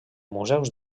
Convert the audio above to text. museus